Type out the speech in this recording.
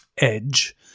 Edge